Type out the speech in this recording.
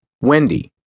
Wendy